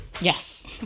Yes